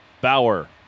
Bauer